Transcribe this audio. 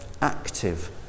active